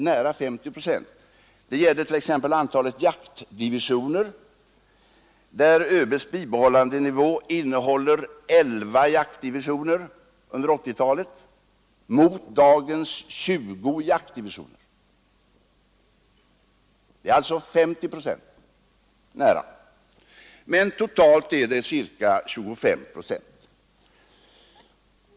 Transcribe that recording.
Detta gäller t.ex. för antalet jaktdivi sioner, där ÖB:s bibehållandenivå upptar elva divisioner under 1980-talet i stället för dagens 20 divisioner. Det är alltså nära 50 procent. Men totalt är det 25 procent.